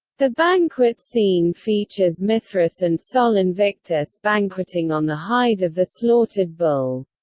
the banquet scene features mithras and sol invictus banqueting on the hide of the slaughtered bull.